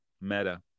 Meta